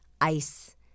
ice